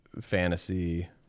fantasy